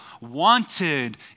wanted